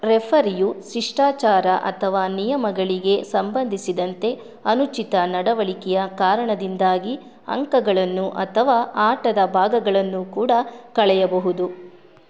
ರೆಫರಿಯು ಶಿಷ್ಟಾಚಾರ ಅಥವಾ ನಿಯಮಗಳಿಗೆ ಸಂಬಂಧಿಸಿದಂತೆ ಅನುಚಿತ ನಡವಳಿಕೆಯ ಕಾರಣದಿಂದಾಗಿ ಅಂಕಗಳನ್ನು ಅಥವಾ ಆಟದ ಭಾಗಗಳನ್ನು ಕೂಡ ಕಳೆಯಬಹುದು